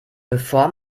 bevor